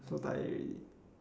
so tired already